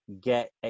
get